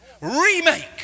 remake